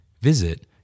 Visit